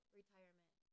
retirement